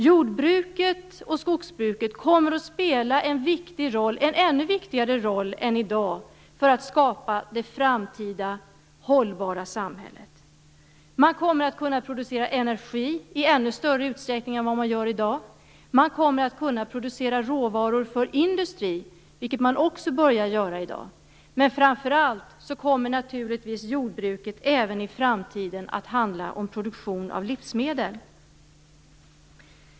Jordbruket och skogsbruket kommer att spela en ännu viktigare roll än i dag för att skapa det framtida hållbara samhället. Man kommer att kunna producera energi i ännu större utsträckning än vad man gör i dag. Man kommer att kunna producera råvaror för industrin, vilket man också börjar göra i dag. Men framför allt kommer naturligtvis jordbruket även i framtiden att handla om produktion av livsmedel.